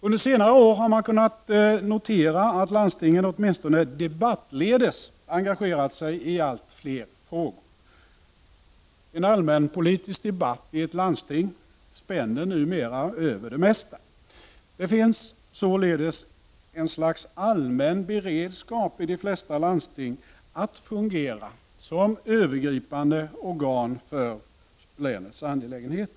Under senare år har man kunnat notera att landstingen åtminstone debattledes har engagerat sig i allt fler frågor. En allmänpolitisk debatt i ett landsting spänner numera över det mesta. I de flesta landsting finns således en slags allmän beredskap att fungera som övergripande organ för länets angelägenheter.